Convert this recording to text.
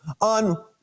on